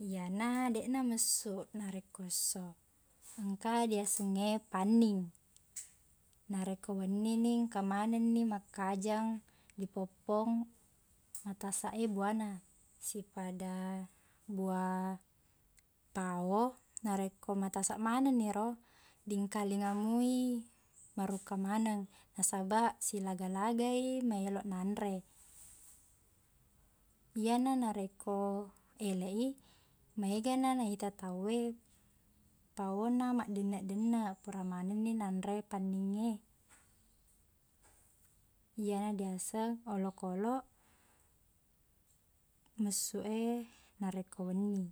Iyana deqna messu narekko esso. Engka liasengnge panning. Narekko wennini, engka manengni makkajang ri pong-pong matasa e buana. Sippada bua pao. Narekko matasa manengniro, dingkalingamoi marukka maneng. Nasabaq silaga-lagai maelo na anre. Iyana narekko eleq i, maegana na ita tauwe, paona maqdenneq-denneq pura manengni na anre panning e. Iyana diaseng olokkolok messu e narekko wenni.